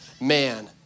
man